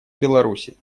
беларуси